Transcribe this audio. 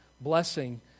blessing